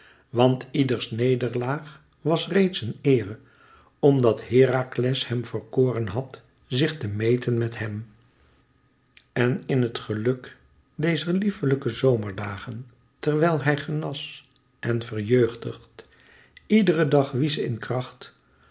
want ieders nederlaag was reeds een eere omdat herakles hem verkoren had zich te meten met hèm en in het geluk dezer lieflijke zomerdagen terwijl hij genas en verjeugdigd iederen dag wies in kracht